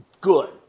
good